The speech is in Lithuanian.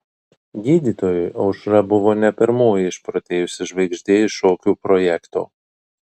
gydytojui aušra buvo ne pirmoji išprotėjusi žvaigždė iš šokių projekto